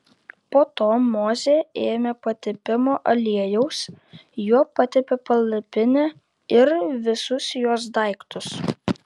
po to mozė ėmė patepimo aliejaus juo patepė palapinę ir visus jos daiktus